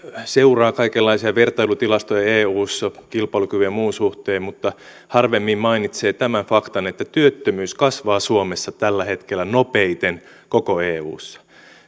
seuraa kaikenlaisia vertailutilastoja eussa kilpailukyvyn ja muun suhteen mutta harvemmin mainitsee tämän faktan että työttömyys kasvaa suomessa tällä hetkellä nopeiten koko eussa